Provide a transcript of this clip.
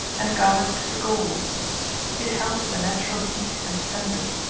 and gathered to the gall it helps the natural heat and senses,